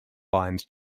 binds